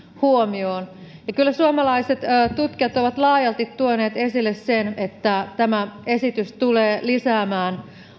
huomioon ja kyllä suomalaiset tutkijat ovat laajalti tuoneet esille sen että tämä esitys tulee lisäämään